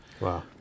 wow